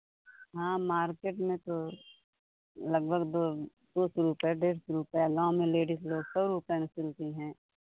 हाँ मार्केट में तो लगभग दो दो सौ रुपये डेढ़ सौ रुपये गाँव में लेडिज लोग सौ रुपये में सिलती हैं